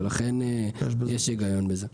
לכן יש היגיון בזה.